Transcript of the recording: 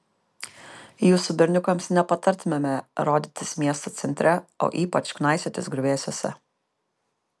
jūsų berniukams nepatartumėme rodytis miesto centre o ypač knaisiotis griuvėsiuose